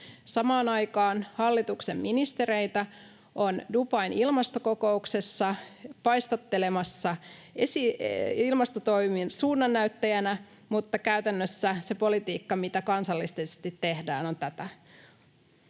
Samaan aikaan hallituksen ministereitä on Dubain ilmastokokouksessa paistattelemassa ilmastotoimien suunnannäyttäjinä, mutta käytännössä se politiikka, mitä kansallisesti tehdään, on tätä.